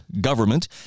government